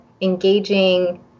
engaging